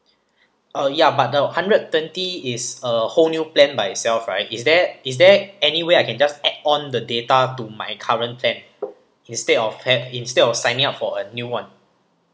uh ya but the hundred twenty is a whole new plan by itself right is there is there anywhere I can just add on the data to my current plan instead of ha~ instead of signing up for a new [one]